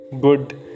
good